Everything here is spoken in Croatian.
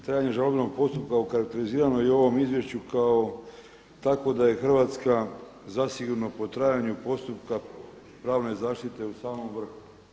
Trajanje žalbenog postupka okarakterizirano i u ovom izvješću kao takvo da je Hrvatska zasigurno po trajanju postupka pravne zaštite u samom vrhu.